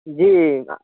जी